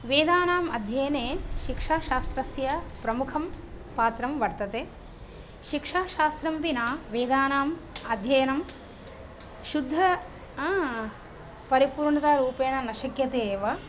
वेदानाम् अध्ययने शिक्षाशास्त्रस्य प्रमुखं पात्रं वर्तते शिक्षाशास्त्रं विना वेदानाम् अध्ययनं शुद्धेन परिपूर्णतारूपेण न शक्यते एव